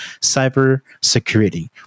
cybersecurity